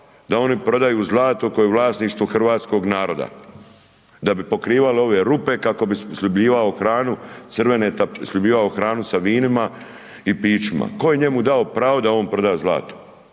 da oni prodaju zlato koje je u vlasništvu hrvatskog naroda da bi pokrivali ove rupe kako bi sljubljivao hranu, crvene, sljubljivao hranu sa vinima i pićima. Tko je njemu dao pravo da on prodaje zlato?